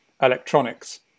electronics